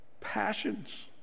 passions